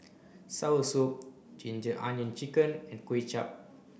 soursop ginger onion chicken and Kway Chap